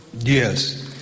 Yes